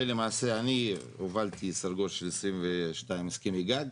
ולמעשה אני הובלתי 22 הסכמי גג.